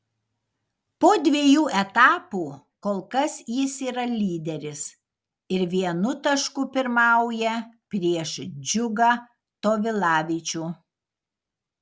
po dviejų etapų kol kas jis yra lyderis ir vienu tašku pirmauja prieš džiugą tovilavičių